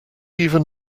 even